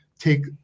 take